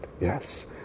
Yes